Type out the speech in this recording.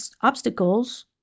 obstacles